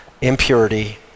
impurity